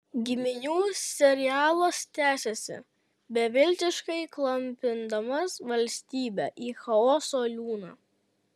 giminių serialas tęsiasi beviltiškai klampindamas valstybę į chaoso liūną